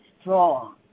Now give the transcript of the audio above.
strong